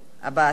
הבעת עמדה.